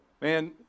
Man